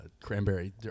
cranberry